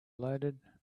loaded